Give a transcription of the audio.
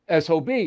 SOB